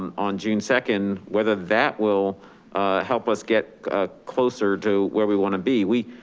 um on june second, whether that will help us get ah closer to where we wanna be. we,